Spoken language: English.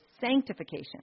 sanctification